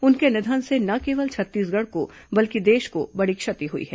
उनके निधन से न केवल छत्तीसगढ़ को बल्कि देश को बड़ी क्षति हुई है